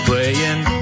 Playing